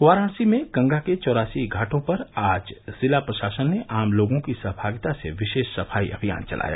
वाराणसी में गंगा के चौरासी घाटों पर आज जिला प्रशासन ने आम लोगों की सहभागिता से विशेष सफाई अभियान चलाया